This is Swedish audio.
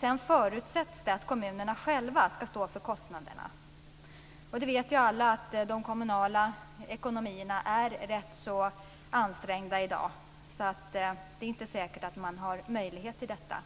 Sedan förutsätts det att kommunerna själva skall stå för kostnaderna. Men alla vet ju att kommunernas ekonomier är rätt ansträngda i dag. Det är alltså inte säkert att man har möjlighet till detta.